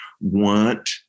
want